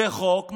זה חוק מח"ש.